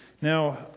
Now